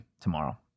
tomorrow